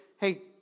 hey